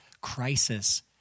crisis